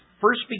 first